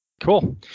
cool